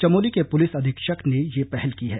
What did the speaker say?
चमोली के पुलिस अधीक्षक ने ये पहल की है